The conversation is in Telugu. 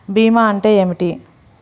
భీమా అంటే ఏమిటి?